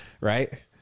right